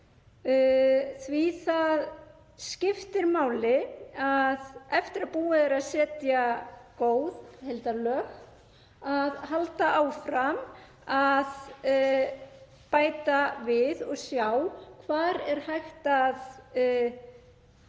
að það skiptir máli, eftir að búið er að setja góð heildarlög, að halda áfram að bæta við og sjá hvar er hægt að